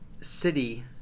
city